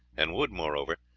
and would, moreover,